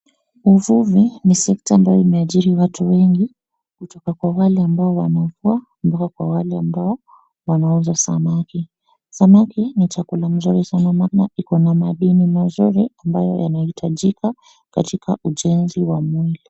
Uvuvi ni sekta ambayo imeajiri watu wengi kutoka kwa wale ambao wanavua mpaka kwa wale ambao wanauza samaki. Samaki ni chakula mzuri sana maana iko na maadini mazuri ambayo yanahitajika katika ujenzi wa mwili.